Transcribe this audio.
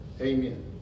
amen